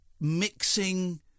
mixing